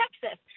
Texas